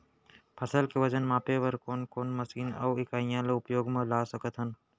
फसल के वजन मापे बर कोन कोन मशीन अऊ इकाइयां ला उपयोग मा ला सकथन?